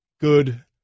good